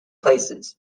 places